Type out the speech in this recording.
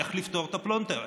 איך לפתור את הפלונטר,